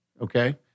okay